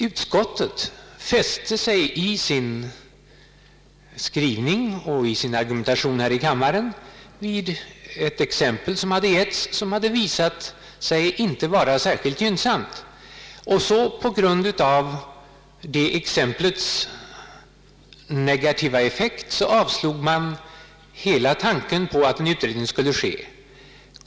Utskottet fäste sig i sin skrivning och i sin argumentation här i kammaren vid ett exempel som givits och som visat sig inte vara särskilt gynnsamt. På grund av exemplets negativa effekt avvisades hela tanken på en utredning.